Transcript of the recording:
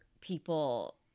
people